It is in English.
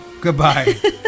Goodbye